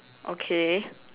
okay